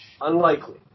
Unlikely